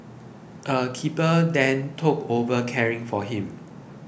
a keeper then took over caring for him